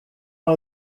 one